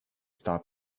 stop